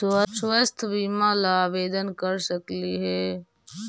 स्वास्थ्य बीमा ला आवेदन कर सकली हे?